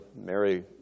Mary